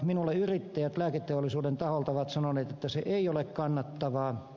minulle yrittäjät lääketeollisuuden taholta ovat sanoneet että se ei ole kannattavaa